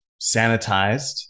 sanitized